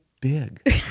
big